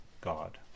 God